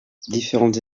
différentes